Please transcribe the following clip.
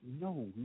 No